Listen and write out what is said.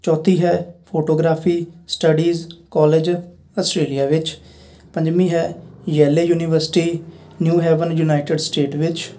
ਚੌਥੀ ਹੈ photography studies college Australia ਵਿੱਚ ਪੰਜਵੀਂ ਹੈ Yale university New Haven United State ਵਿੱਚ